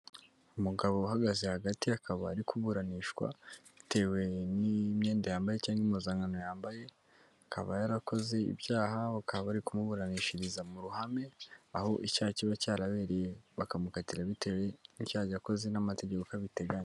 Umugabo uhagaze hagati akaba ari kuburanishwa, bitewe n'imyenda yambaye cyangwa impimzankano yambaye, akaba yarakoze ibyaha, bakaba bari kumuburanishiriza mu ruhame, aho icyaha kiba cyarabereye bakamukatira bitewe n'icyaha yakoze n'amategeko uko abiteganya.